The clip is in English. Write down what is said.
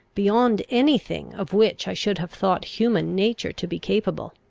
beyond any thing of which i should have thought human nature to be capable.